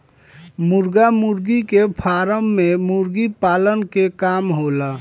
मुर्गा मुर्गी के फार्म में मुर्गी पालन के काम होला